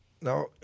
Now